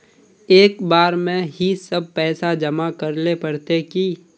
एक बार में ही सब पैसा जमा करले पड़ते की?